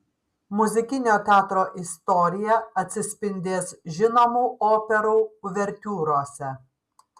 muzikinio teatro istorija atsispindės žinomų operų uvertiūrose